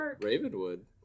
Ravenwood